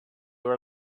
were